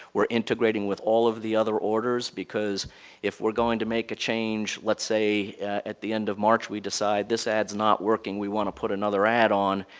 we're integrating with all of the other orders because if we're going to make a change, let's say at the end of march, we decide this ad is not working and want to put another ad on,